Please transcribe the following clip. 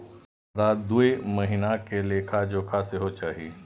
हमरा दूय महीना के लेखा जोखा सेहो चाही